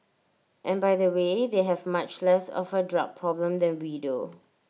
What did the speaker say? and by the way they have much less of A drug problem than we do